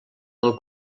del